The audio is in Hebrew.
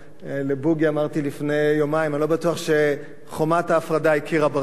לבוגי אמרתי לפני יומיים: אני לא בטוח שחומת ההפרדה היא קיר הברזל,